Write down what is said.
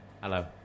hello